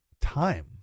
time